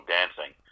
dancing